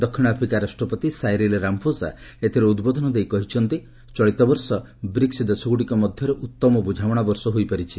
ଦକ୍ଷିଣ ଆଫ୍ରିକା ରାଷ୍ଟ୍ରପତି Cyril Ramaphosa ଏଥିରେ ଉଦ୍ବୋଧନ ଦେଇ କହିଛନ୍ତିଚଳିତବର୍ଷ ବ୍ରିକ୍ନ ଦେଶଗୁଡିକ ମଧ୍ୟରେ ଉତ୍ତମ ବୁଝାମଣା ବର୍ଷ ହୋଇଛି